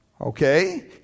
Okay